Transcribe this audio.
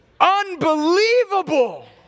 unbelievable